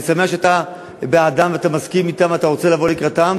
אני שמח שאתה בעדם ואתה מסכים אתם ורוצה לבוא לקראתם,